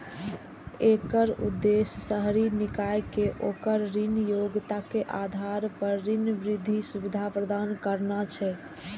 एकर उद्देश्य शहरी निकाय कें ओकर ऋण योग्यताक आधार पर ऋण वृद्धि सुविधा प्रदान करना छै